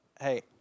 Hey